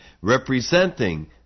representing